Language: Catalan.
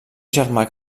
germà